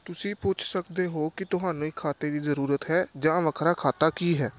ਤੁਸੀਂ ਪੁੱਛ ਸਕਦੇ ਹੋ ਕਿ ਤੁਹਾਨੂੰ ਇੱਕ ਖਾਤੇ ਦੀ ਜ਼ਰੂਰਤ ਹੈ ਜਾਂ ਵੱਖਰਾ ਖਾਤਾ ਕੀ ਹੈ